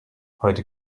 heute